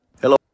Hello